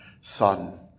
son